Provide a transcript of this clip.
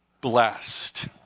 blessed